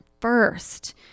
first